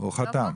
הוא חתם.